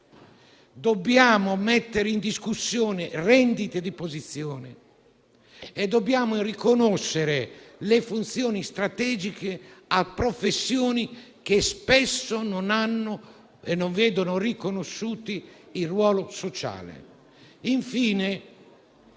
dobbiamo mettere in discussione le rendite di posizione e dobbiamo riconoscere funzione strategica a professioni che spesso non vedono riconosciuto il proprio ruolo sociale.